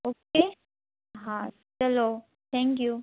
okay હા ચલો thank you